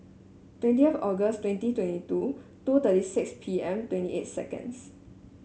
twenty August twenty twenty two two thirty six P M twenty eight seconds